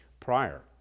prior